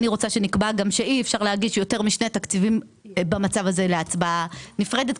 אני רוצה גם שנקבע שאי- אפשר להגיש יותר משני תקציבים להצבעה נפרדת,